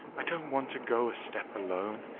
i don't want to go a step alone.